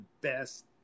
best